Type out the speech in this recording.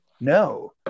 No